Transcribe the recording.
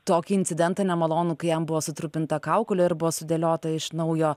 tokį incidentą nemalonų kai jam buvo sutrupinta kaukolė ir buvo sudėliota iš naujo